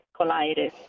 colitis